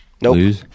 Nope